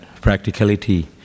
practicality